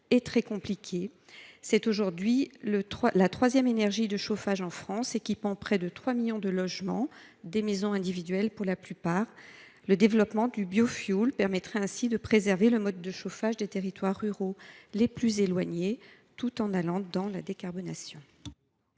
C’est aujourd’hui la troisième énergie de chauffage en France, équipant près de 3 millions de logements, des maisons individuelles pour la plupart. Le développement du biofioul permettrait ainsi de préserver le mode de chauffage des territoires ruraux les plus éloignés, tout en progressant dans la décarbonation.